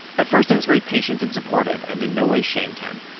at first i was very patient and supportive and in no way shamed him.